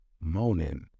moaning